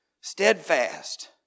steadfast